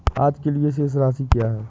आज के लिए शेष राशि क्या है?